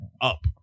up